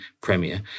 premier